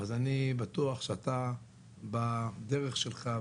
אז אני בטוח שאתה בדרך שלך,